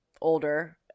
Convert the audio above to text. older